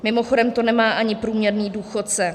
Mimochodem to nemá ani průměrný důchodce.